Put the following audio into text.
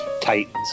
Titans